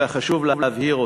וחשוב להבהיר אותה,